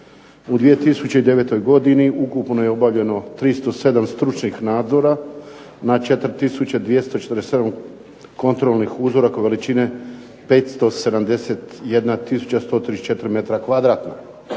U 2009. godini ukupno je obavljeno 307 stručnih nadzora. Na 4247 kontrolnih uzoraka veličine 571